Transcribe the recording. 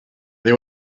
they